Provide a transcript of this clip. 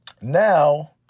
Now